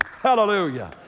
Hallelujah